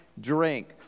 drink